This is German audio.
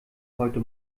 heute